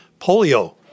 polio